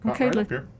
okay